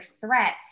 threat